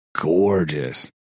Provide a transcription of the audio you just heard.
gorgeous